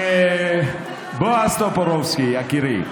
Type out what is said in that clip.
בועז טופורובסקי, יקירי.